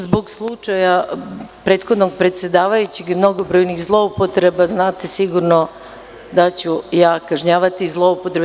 Zbog slučaja prethodnog predsedavajućeg i mnogobrojnih zloupotreba, znate sigurno da ću ja kažnjavati zloupotrebe.